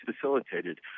facilitated